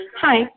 Hi